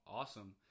awesome